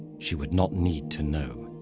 she would not need to know.